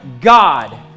God